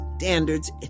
standards